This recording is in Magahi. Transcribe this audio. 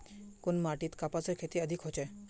कुन माटित कपासेर खेती अधिक होचे?